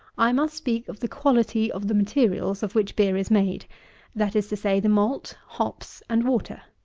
i must speak of the quality of the materials of which beer is made that is to say, the malt, hops, and water.